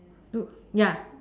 two ya